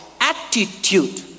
attitude